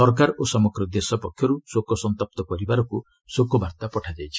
ସରକାର ଓ ସମଗ୍ର ଦେଶ ପକ୍ଷରୁ ଶୋକସନ୍ତପ୍ତ ପରିବାରକୁ ଶୋକବାର୍ତ୍ତା ପଠାଯାଇଛି